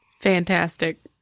fantastic